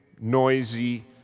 noisy